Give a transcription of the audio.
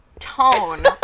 tone